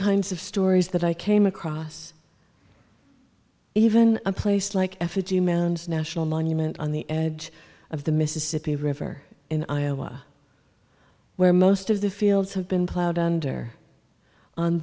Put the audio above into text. kinds of stories that i came across even a place like effigy a man's national monument on the edge of the mississippi river in iowa where most of the fields have been plowed under on